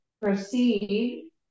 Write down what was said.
proceed